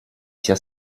sia